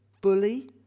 bully